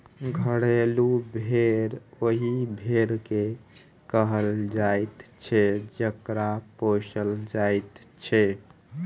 घरेलू भेंड़ ओहि भेंड़ के कहल जाइत छै जकरा पोसल जाइत छै